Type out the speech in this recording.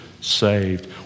saved